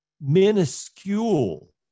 minuscule